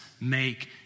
make